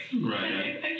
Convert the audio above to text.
right